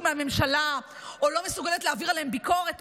מהממשלה או לא מסוגלת להעביר עליהם ביקורת.